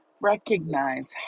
recognize